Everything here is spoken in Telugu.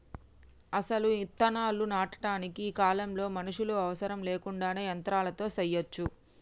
అసలు ఇత్తనాలు నాటటానికి ఈ కాలంలో మనుషులు అవసరం లేకుండానే యంత్రాలతో సెయ్యచ్చు